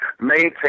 maintain